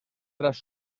tras